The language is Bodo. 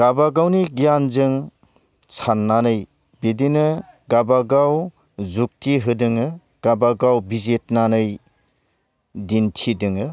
गावबा गावनि गियानजों साननानै बिदिनो गावबा गाव जुग्थि होदों गावबा गाव बिजिरनानै दिन्थिदों